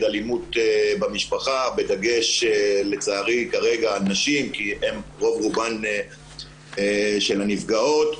אלימות במשפחה בדגש לצערי כרגע על נשים כי הן רוב רובן של הנפגעות.